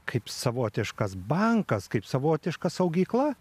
kaip savotiškas bankas kaip savotiška saugykla